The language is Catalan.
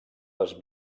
les